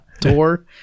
Tour